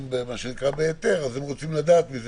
אם הוא ידאג,